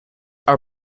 are